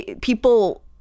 people